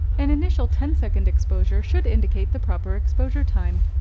an initial ten second exposure should indicate the proper exposure time.